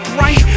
right